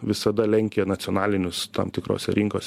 visada lenkia nacionalinius tam tikrose rinkos